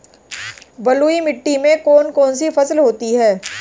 बलुई मिट्टी में कौन कौन सी फसल होती हैं?